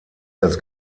das